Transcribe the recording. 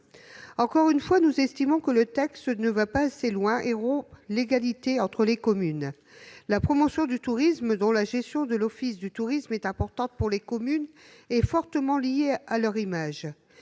Encore une fois, nous estimons que le texte ne va pas assez loin et rompt l'égalité entre les communes. La promotion du tourisme, et notamment la gestion de l'office du tourisme, est importante pour les communes et fortement liée à leur image.